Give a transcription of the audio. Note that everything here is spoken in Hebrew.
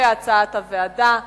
כהצעת הוועדה.